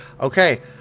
Okay